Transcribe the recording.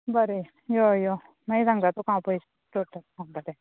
बरें यो यो मागीर सांगता तुका हांव पयशे चल तर हां बरें